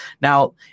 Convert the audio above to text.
now